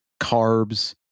carbs